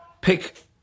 pick